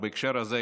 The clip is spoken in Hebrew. בהקשר הזה,